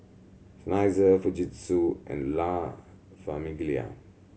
Seinheiser Fujitsu and La Famiglia